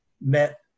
met